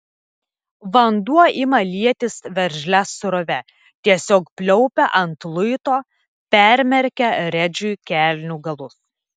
vanduo ima lietis veržlia srove tiesiog pliaupia ant luito permerkia redžiui kelnių galus